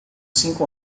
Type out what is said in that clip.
cinco